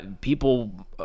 people